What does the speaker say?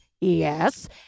Yes